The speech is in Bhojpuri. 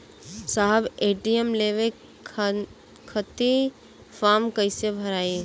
साहब ए.टी.एम लेवे खतीं फॉर्म कइसे भराई?